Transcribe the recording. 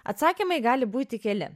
atsakymai gali būti keli